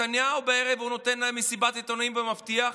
בערב הוא נותן מסיבת עיתונאים ומבטיח,